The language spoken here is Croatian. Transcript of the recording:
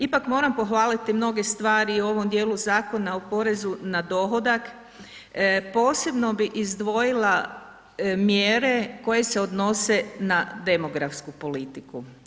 Ipak moram pohvaliti mnoge stvari u ovom dijelu Zakona o porezu na dohodak, posebno bi izdvojila mjere koje se odnose na demografsku politiku.